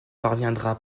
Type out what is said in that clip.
parviendra